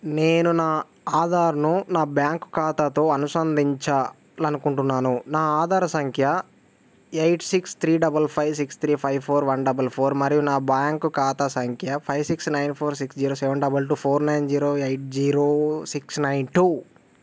నేను నా ఆధార్ను నా బ్యాంకు ఖాతాతో అనుసంధించాలనుకుంటున్నాను నా ఆధార సంఖ్య eight six three double five six three five four one double four మరియు నా బ్యాంకు ఖాతా సంఖ్య five six nine four six zero seven double two four nine zero eight zero six nine two